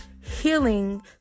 healing